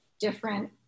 different